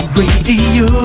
radio